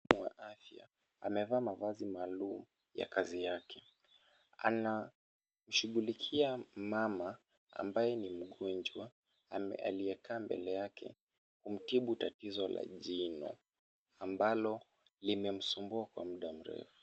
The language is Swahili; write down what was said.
Mhudumu wa afya amevaa mavazi maalum, anashughulikia mama ambaye ni mgonjwa aliyekaa mbele yake kumtibu tatizo la jino ambalo limemsumbua kwa muda mrefu.